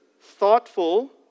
thoughtful